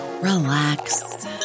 relax